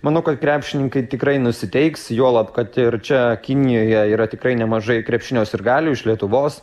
manau kad krepšininkai tikrai nusiteiks juolab kad ir čia kinijoje yra tikrai nemažai krepšinio sirgalių iš lietuvos